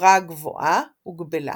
בחברה הגבוהה, הוגבלה.